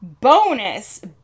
bonus